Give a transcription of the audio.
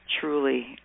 truly